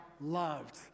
loved